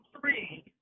three